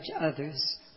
others